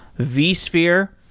vsphere.